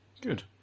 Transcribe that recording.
good